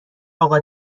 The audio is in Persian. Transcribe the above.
اقا